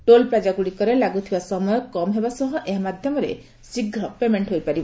ଟୋଲ୍ପ୍ଲାଜ୍କା ଗୁଡ଼ିକରେ ଲାଗୁଥିବା ସମୟ କମ୍ ହେବା ସହ ଏହା ମାଧ୍ୟମରେ ଶୀଘ୍ର ପେମେଣ୍ଟ ହୋଇପାରିବ